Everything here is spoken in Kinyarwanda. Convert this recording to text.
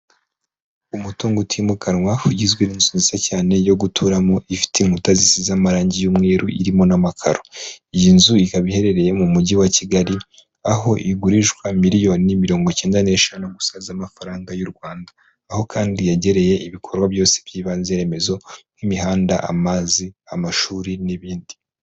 Umutungo utimukanwa ugizwe n'inzu nziza cyane yo guturamo, ifite inkuta zisize amarangi y'umweru, irimo n'amakaro, iyi nzu ikaba iherereye mu mujyi wa Kigali aho igurishwa miliyoni mirongo icyenda n'eshanu gusa z'amafaranga y'u Rwanda aho kandi yagereye ibikorwa byose by'ibanze remezo nk'imihanda, amazi, amashuri n'ibindi.